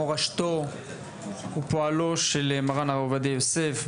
מורשתו ופועלו של מרן הרב עובדיה יוסף,